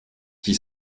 qui